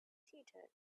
seated